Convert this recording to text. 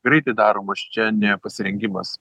greitai daromas čia ne pasirengimas